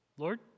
Lord